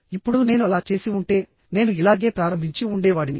ఇప్పుడు నేను అలా చేసి ఉంటే నేను ఇలాగే ప్రారంభించి ఉండేవాడిని